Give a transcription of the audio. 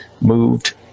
moved